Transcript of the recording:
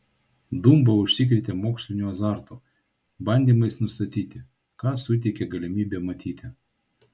dumba užsikrėtė moksliniu azartu bandymais nustatyti kas suteikė galimybę matyti